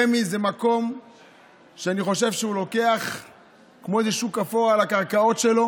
רמ"י זה מקום שאני חושב שהוא לוקח כמו איזה שוק אפור על הקרקעות שלו.